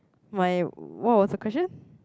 my what was the question